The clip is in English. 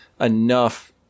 enough